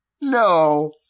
No